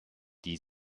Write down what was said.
die